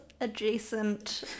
adjacent